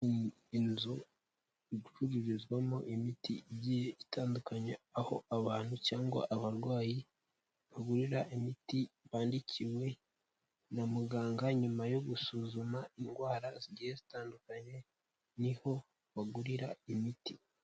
Inzu icururizwamo imiti igiye itandukanya, aho abantu cyangwa abarwayi bagurira imiti bandikiwe na muganga nyuma yo gusuzuma indwara zigiye zitandukanye niho bagurira imiti.